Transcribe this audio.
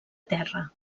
terra